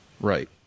Right